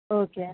okay